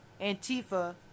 Antifa